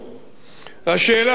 השאלה היא כפולה,